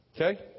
Okay